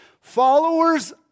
Followers